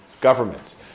governments